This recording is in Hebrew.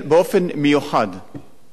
הרבה מעבר למגזר היהודי,